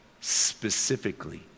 specifically